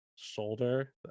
Shoulder